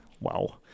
Wow